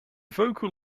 vocal